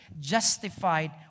justified